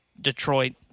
Detroit